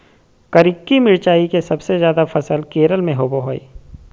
करिककी मिरचाई के सबसे ज्यादा फसल केरल में होबो हइ